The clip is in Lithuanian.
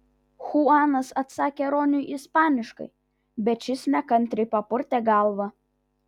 chuanas atsakė roniui ispaniškai bet šis nekantriai papurtė galvą